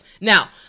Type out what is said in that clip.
Now